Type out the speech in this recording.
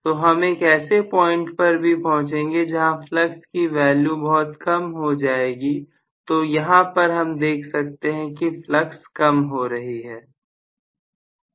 तो हम एक ऐसे पॉइंट पर भी पहुंचेंगे जहां फ्लक्स की वैल्यू बहुत कम हो जाएगी तो यहां पर हम देख सकते हैं कि फ्लक्स कम हो रही है